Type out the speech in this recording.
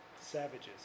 savages